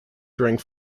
during